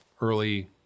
early